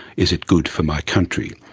is it good for my country?